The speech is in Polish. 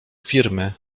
firmy